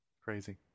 Crazy